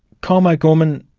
colm o'gorman,